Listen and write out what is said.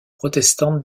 protestante